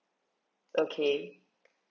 okay